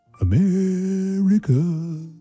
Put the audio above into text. America